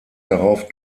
darauf